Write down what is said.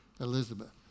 Elizabeth